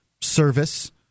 service